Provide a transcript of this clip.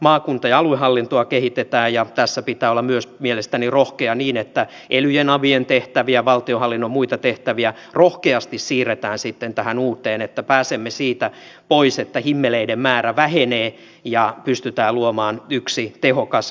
maakunta ja aluehallintoa kehitetään ja tässä pitää olla myös mielestäni rohkea niin että elyjen avien tehtäviä valtionhallinnon muita tehtäviä rohkeasti siirretään sitten tähän uuteen että pääsemme siihen että himmeleiden määrä vähenee ja pystytään luomaan yksi tehokas maakuntahallinto